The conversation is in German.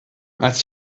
als